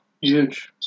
huge